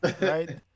right